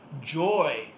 joy